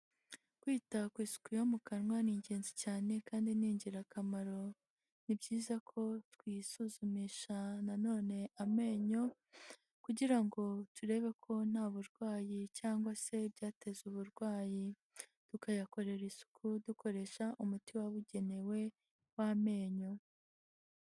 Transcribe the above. Kwita ku isuku yo mu kanwa ni ingenzi cyane kandi ni ingirakamaro. Ni byiza ko twisuzumisha nanone amenyo kugira ngo turebe ko nta burwayi cyangwa se ibyateza uburwayi, tukayakorera isuku dukoresha umuti wabugenewe w'amenyo.